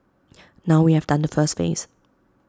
now we have done the first phase